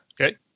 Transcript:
Okay